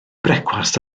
brecwast